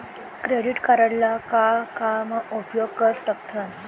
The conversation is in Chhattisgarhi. क्रेडिट कारड ला का का मा उपयोग कर सकथन?